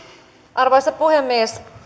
arvoisa puhemies